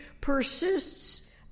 persists